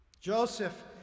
Joseph